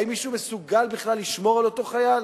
האם מישהו מסוגל בכלל לשמור על אותו חייל?